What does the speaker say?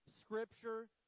Scripture